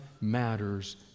matters